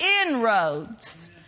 inroads